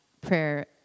prayer